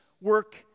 work